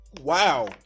wow